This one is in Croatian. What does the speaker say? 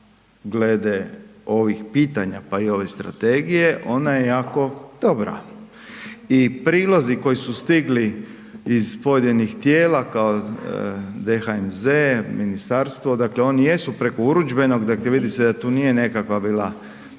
glede ovih pitanja, pa i ove Strategije, ona je jako dobra i prilozi koji su stigli iz pojedinih tijela kao DHMZ, ministarstvo, dakle oni jesu preko urudžbenog, vidi da se da tu nije nekakva bila